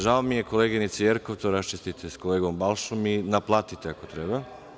Žao mi je koleginice Jerkov, ali to raščistite sa kolegom Balšom i naplatite ako treba.